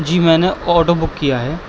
جی میں نے auto book کیا ہے